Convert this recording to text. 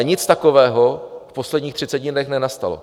Nic takového ale v posledních 30 dnech nenastalo.